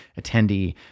attendee